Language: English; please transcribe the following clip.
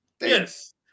Yes